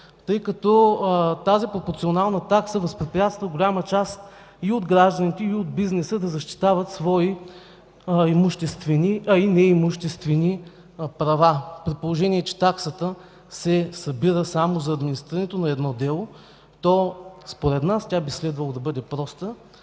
тъй като тя възпрепятства голяма част от гражданите и бизнеса да защитават свои имуществени, а и неимуществени права. При положение че таксата се събира само за администрирането на едно дело, то според нас тя би следвало да бъде проста,